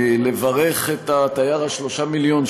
לברך את התייר ה-3 מיליון,